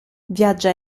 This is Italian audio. viaggia